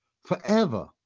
forever